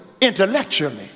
intellectually